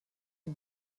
die